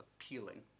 appealing